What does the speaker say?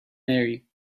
marry